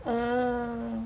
oh